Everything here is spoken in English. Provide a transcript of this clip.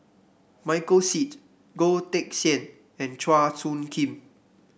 Michael Seet Goh Teck Sian and Chua Soo Khim